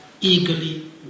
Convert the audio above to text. eagerly